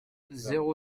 zéro